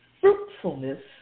fruitfulness